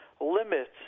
limits